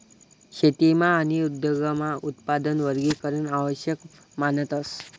शेतीमा आणि उद्योगमा उत्पादन वर्गीकरण आवश्यक मानतस